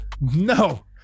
No